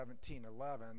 17.11